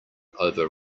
over